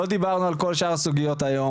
לא דיברנו על כל שאר הדוגיות היום,